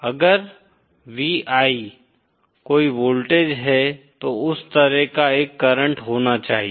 अगर V I कोई voltage है तो उस तरह का एक करंट होना चाहिए